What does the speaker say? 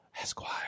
Esquire